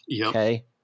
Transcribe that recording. Okay